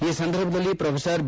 ಈ ಸಂದರ್ಭದಲ್ಲಿ professor B